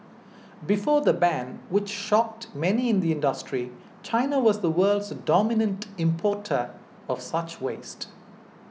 before the ban which shocked many in the industry China was the world's dominant importer of such waste